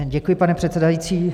Děkuji, pane předsedající.